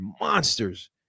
monsters